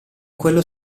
quello